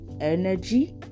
energy